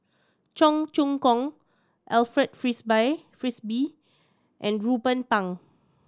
Cheong Choong Kong Alfred Frisby and Ruben Pang